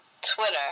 Twitter